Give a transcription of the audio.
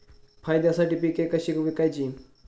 फायद्यासाठी पिके कशी विकायची?